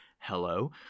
hello